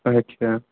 اچھا